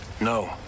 no